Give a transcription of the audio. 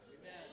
Amen